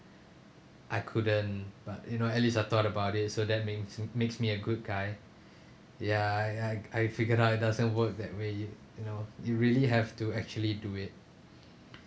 I couldn't but you know at least I thought about it so that means makes me a good guy ya I I I figured out it doesn't work that way it you know you really have to actually do it